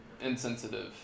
insensitive